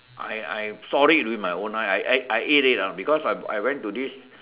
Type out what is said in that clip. I I saw it with my own eyes I I ate it ah because I I went to this